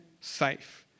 safe